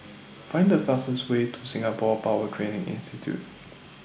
Find The fastest Way to Singapore Power Training Institute